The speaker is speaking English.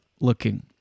looking